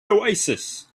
oasis